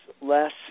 less